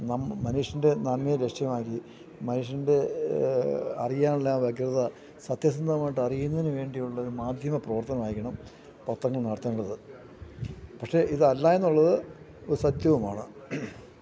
മനുഷ്യൻ്റെ നന്മയെ ലക്ഷ്യമാക്കി മനുഷ്യൻ്റെ അറിയാനുള്ള ആ വ്യഗ്രത സത്യസന്ധമായിട്ട് അറിയുന്നതിനുവേണ്ടിയുള്ളൊരു മാധ്യമ പ്രവർത്തനമായിരിക്കണം പത്രങ്ങൾ നടത്തേണ്ടത് പക്ഷെ ഇതല്ല എന്നുള്ളത് ഒരു സത്യവുമാണ്